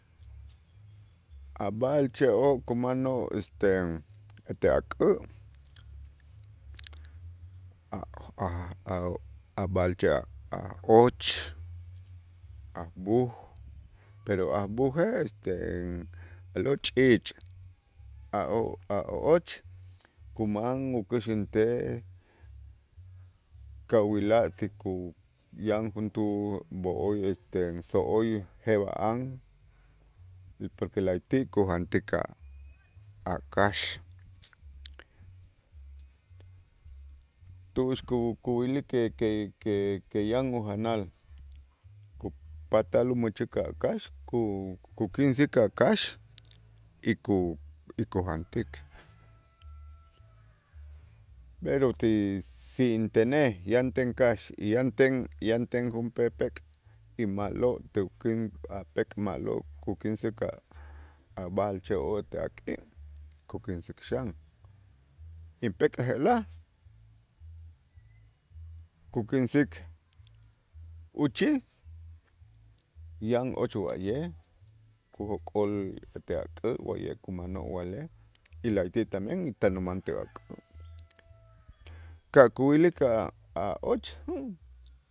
A' b'a'alche'oo' kumanoo' este ete ak'ä' a' a' a' a' b'a'alche' a' a' och, a' b'uj, pero a' b'ujej este a'lo' ch'iich' a' o- a' och kuman ukuxäntej kawila' tziku yan juntuu b'o'oy este so'oy jeb'a'an, porque la'ayti' kujantik a' a' kax, tu'ux kuyilik que que que que yan ujanal ku patal umächik a' kax ku- kukinsik a' kax y ku- kujantik, pero si si intenej yanten kax, yanten yanten junpepek' y ma'lo' tukin a' pek' ma'lo' kukinsik a' b'a'alche'oo' ete ak'ä' kukinsik xan y pek' je'la' kukinsik uchij yan och wa'ye' kujok'ol ete ak'ä' wa'ye' kumanoo' wa'lej y la'ayti' tanen tan uman ti ak'ä', ka' kuyilik a' a' och